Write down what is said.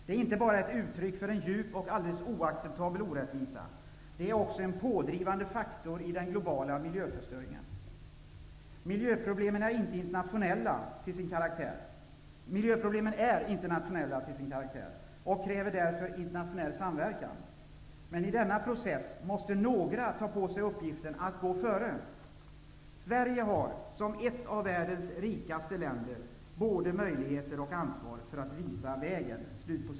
Det är inte bara ett uttryck för en djup och alldeles oacceptabel orättvisa. Det är också en pådrivande faktor i den globala miljöförstöringen. Miljöproblemen är internationella till sin karaktär och kräver därför internationell samverkan, men i denna process måste några ta på sig uppgiften att gå före. Sverige har, som ett av världens rikaste länder, både möjligheter och ansvar för att visa vägen.